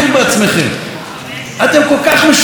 אתם כל כך משוכנעים שתנצחו,